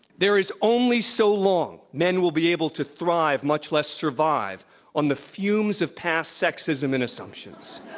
there is only so long men will be able to thrive, much less survive on the fumes of past sexism and assumptions.